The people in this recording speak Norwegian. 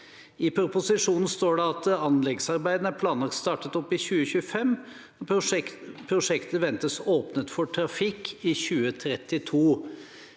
I proposisjonen står det at anleggsarbeidene er planlagt startet opp i 2025, og prosjektet ventes åpnet for trafikk i 2032.